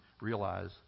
realize